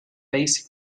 basic